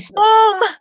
boom